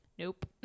Nope